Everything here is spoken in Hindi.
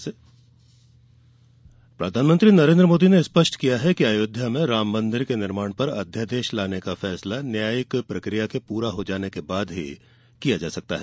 पीएम भेंटवार्ता प्रधानमंत्री नरेन्द्र मोदी ने स्पष्ट किया है कि अयोध्या में राममंदिर के निर्माण पर अध्यादेश लाने का फैसला न्यायिक प्रक्रिया के पूरा हो जाने के बाद ही किया जा सकता है